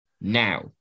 now